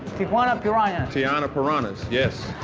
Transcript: tijuana piranhas! tijuana piranhas, yes.